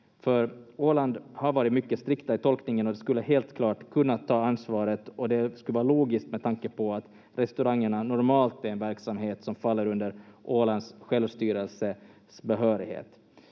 Åland har varit mycket strikt i tolkningen och skulle helt klart kunna ta ansvaret, och det skulle vara logiskt med tanke på att restaurangerna normalt är en verksamhet som faller under Ålands självstyrelses behörighet.